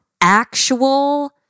actual